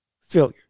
failure